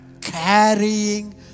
carrying